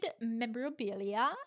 memorabilia